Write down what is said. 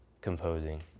composing